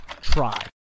try